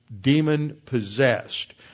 demon-possessed